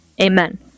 Amen